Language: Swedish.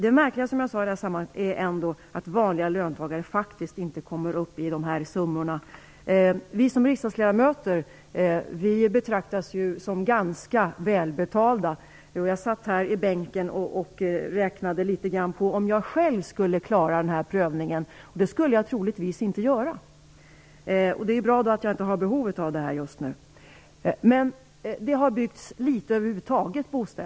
Det märkliga i det här sammanhanget är, som jag sade, att vanliga löntagare faktiskt inte kommer upp i de här summorna. Vi riksdagsledamöter betraktas ju som ganska välbetalda. Jag satt här i bänken och räknade på om jag själv skulle klara den här prövningen, och det skulle jag troligtvis inte göra. Så det är bra att jag inte har behov av ett sådant lån just nu. Det har under en tid byggts litet bostäder över huvud taget.